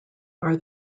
are